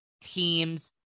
teams